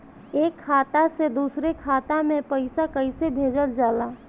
एक खाता से दुसरे खाता मे पैसा कैसे भेजल जाला?